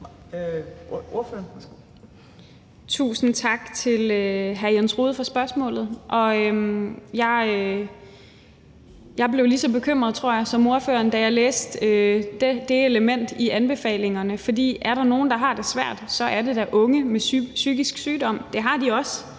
Tusind tak til hr. Jens Rohde for spørgsmålet, og jeg tror, jeg blev lige så bekymret som ordføreren, da jeg læste det element i anbefalingerne. For er der nogen, der har det svært, så er det da unge med psykisk sygdom, og det har de, som